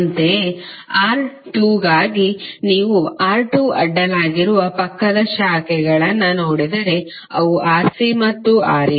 ಅಂತೆಯೇ R2 ಗಾಗಿ ನೀವು R2 ಅಡ್ಡಲಾಗಿರುವ ಪಕ್ಕದ ಶಾಖೆಗಳನ್ನು ನೋಡಿದರೆ ಅವು Rc ಮತ್ತು Ra